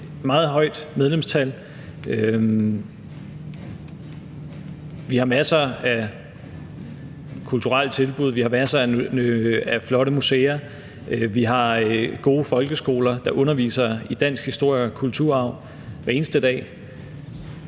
væk et meget højt medlemstal. Vi har masser af kulturelle tilbud, vi har masser af flotte museer, vi har gode folkeskoler, der underviser i dansk historie og kulturarv hver eneste dag.